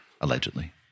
Allegedly